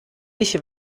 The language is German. ich